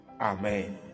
Amen